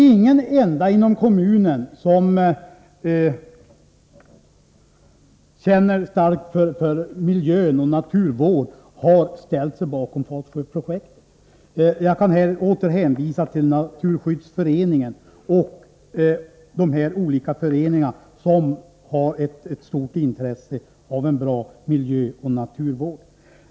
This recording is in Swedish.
Ingen enda inom kommunen som känner starkt för miljöoch naturvård har ställt sig bakom Fatsjöprojektet. Jag kan här åter hänvisa till Naturskyddsföreningen och olika föreningar som har ett stort intresse av en bra miljöoch naturvård.